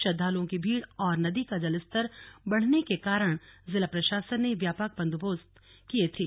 श्रद्धालुओं की भीड़ और नदी का जलस्तर बढ़ने के कारण जिला प्रशासन ने व्यापक बंदोबस्त किये थे